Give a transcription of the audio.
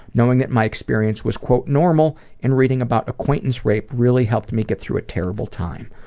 knowing that my experience was normal and reading about acquaintance rape really helped me get through a terrible time.